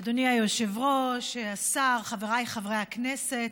אדוני היושב-ראש, השר, חבריי חברי הכנסת,